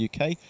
UK